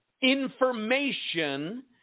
information